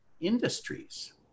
industries